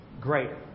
greater